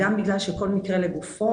גם בגלל שכל מקרה לגופו,